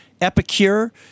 epicure